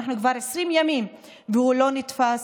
אנחנו כבר 20 ימים והוא לא נתפס,